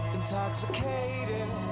intoxicated